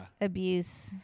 abuse